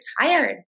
tired